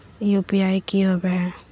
UPI की होवे है?